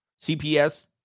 CPS